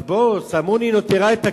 אז "שמני נטרה את הכרמים,